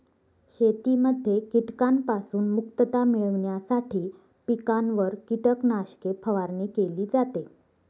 शेतीमध्ये कीटकांपासून मुक्तता मिळविण्यासाठी पिकांवर कीटकनाशके फवारणी केली जाते